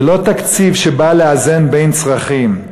זה לא תקציב שבא לאזן בין צרכים,